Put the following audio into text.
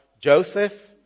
Joseph